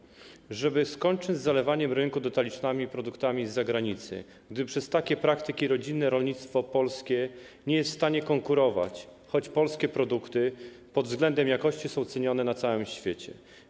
Chodzi o to, żeby skończyć z zalewaniem rynku detalicznego produktami z zagranicy, gdyż przez takie praktyki rodzime rolnictwo polskie nie jest w stanie konkurować, choć polskie produkty pod względem jakości są cenione na całym świecie.